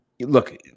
Look